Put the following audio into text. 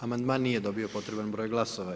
Amandman nije dobio potreban broj glasova.